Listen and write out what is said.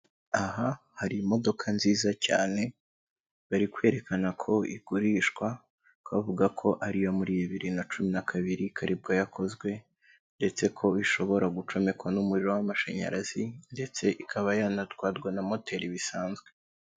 Aha hari imodoka nziza cyane, bari kwerekana ko igurishwa bavuga ko ariyo muri bibiri nacumi na kabiri ko aribwo yakozwe. Ndetse ko ishobora gucomekwa n'umuriro w'amashanyarazi, ndetse ikaba yanatwarwa na moteri bisanzwe.